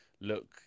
look